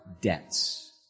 debts